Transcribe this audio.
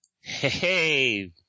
hey